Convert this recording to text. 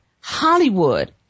Hollywood